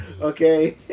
okay